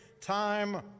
time